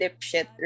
dipshit